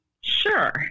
Sure